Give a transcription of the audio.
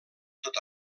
tot